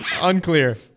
Unclear